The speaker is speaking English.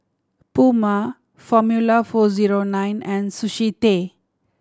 Puma Formula Four Zero Nine and Sushi Tei